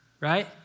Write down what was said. right